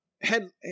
head